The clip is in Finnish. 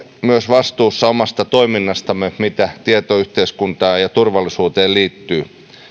vastuussa omasta toiminnastamme mitä tietoyhteiskuntaan ja turvallisuuteen liittyy meille ovat